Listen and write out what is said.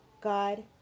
God